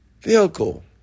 vehicle